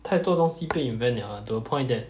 太多东西被 invent liao ah to a point that